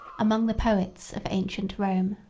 among the poets of ancient rome.